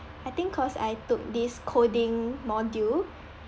I think cause I took this coding module